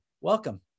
Welcome